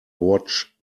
watch